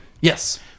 Yes